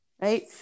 right